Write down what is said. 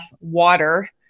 water